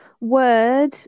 word